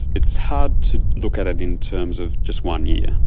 it's hard to look at it in terms of just one year.